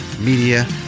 Media